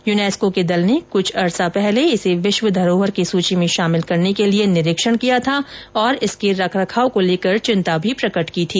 UNESCO के दल ने कुछ अरसा पहले इसे विश्व धरोहर की सूची में शामिल करने के लिए निरीक्षण किया था और इसके रख रखाव को लेकर चिन्ता प्रकट की थी